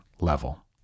level